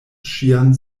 ŝian